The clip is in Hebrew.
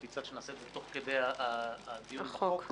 הצעת שנעשה את זה תוך כדי הדיון בחוק.